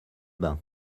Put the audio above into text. bains